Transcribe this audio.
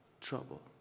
trouble